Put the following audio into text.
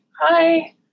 hi